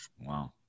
Wow